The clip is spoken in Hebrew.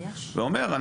ואומר,